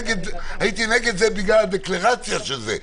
הייתי נגד זה בגלל הדקלרציה של זה,